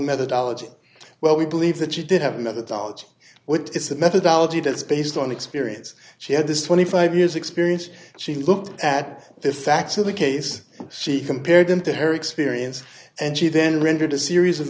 methodology well we believe that she did have a methodology which is a methodology that's based on experience she had this twenty five years experience she looked at the facts of the case she compared them to her experience and she then rendered a series of